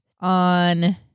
on